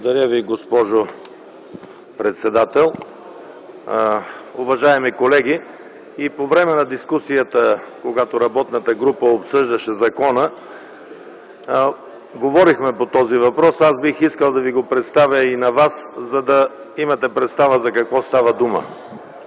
Благодаря Ви, госпожо председател. Уважаеми колеги, и по време на дискусията, когато работната група обсъждаше закона, говорихме по този въпрос. Бих искал да го представя и на вас, за да имате представа за какво става дума.